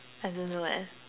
I don't know leh